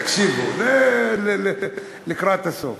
תקשיבו, זה לקראת הסוף.